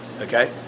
okay